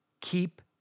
keep